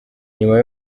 nyuma